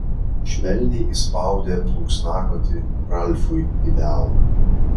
švelniai įspaudė plunksnakotį ralfui į delną